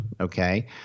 okay